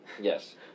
Yes